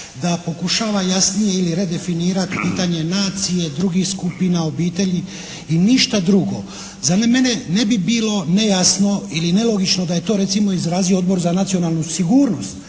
Da pokušava jasnije ili redefinirati pitanje nacije, drugih skupina, obitelji i ništa drugo. Za mene ne bi bilo nejasno ili nelogično da je to recimo izrazio Odbor za nacionalnu sigurnost.